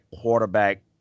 quarterback